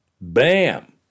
bam